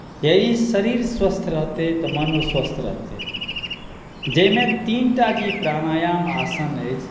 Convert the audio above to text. यदि शरीर स्वस्थ रहतै तऽ मोनो स्वस्थ रहतै जाहिमे तीनटा जे ई प्राणायाम आसन अछि